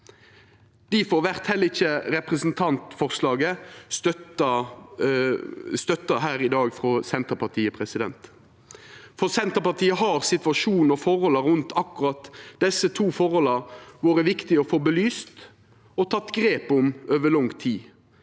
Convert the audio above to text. vert heller ikkje representantforslaget støtta her i dag av Senterpartiet. For Senterpartiet har situasjonen rundt akkurat desse to forholda vore viktig å få belyst og teke grep om over lang tid.